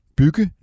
bygge